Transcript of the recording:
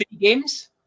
games